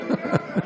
לא הבנת.